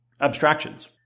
abstractions